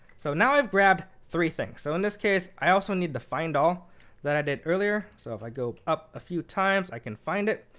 so now i've grabbed three things. so in this case, i also need the find all that i did earlier. so if i go up a few times, i can find it.